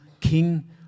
king